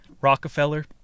Rockefeller